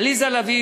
עליזה לביא,